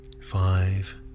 Five